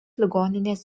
ligoninės